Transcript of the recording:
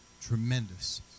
tremendous